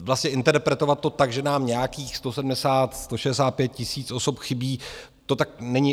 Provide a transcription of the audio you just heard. Vlastně interpretovat to tak, že nám nějakých 170, 165 tisíc osob chybí, to tak není.